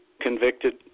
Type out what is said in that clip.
convicted